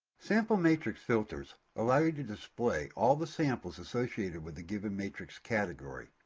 sample matrix filters allows you to display all the samples associated with a given matrix category.